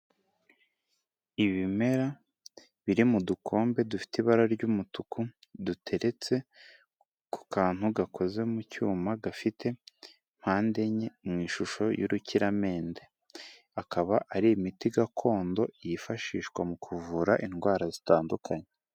Ibimera biri mu dukombe dufite ibara ry'umutuku, duteretse ku kantu gakoze mu cyuma gafite mpande enye mu ishusho y'urukiramende, akaba ari imiti gakondo yifashishwa mu kuvura indwara zitandukanye.